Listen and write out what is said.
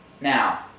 Now